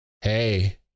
Hey